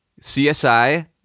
CSI